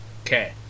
Okay